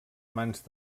mans